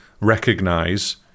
recognize